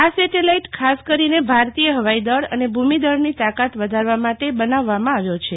આ સેટેલાઈટ ખાસ કરીને ભારતીય ફવાઈ દળ અને ભૂમિ દળની તાકાત વધારવા માટે બનાવવામાં આવ્યો છે